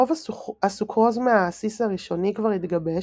רוב הסוכרוז מהעסיס הראשוני כבר התגבש,